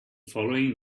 following